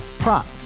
Prop